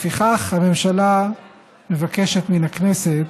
לפיכך, הממשלה מבקשת מן הכנסת,